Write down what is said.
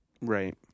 Right